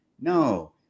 No